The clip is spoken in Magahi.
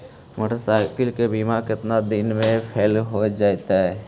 मोटरसाइकिल के बिमा केतना दिन मे फेल हो जा है?